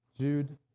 Jude